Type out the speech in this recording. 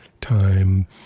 time